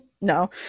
no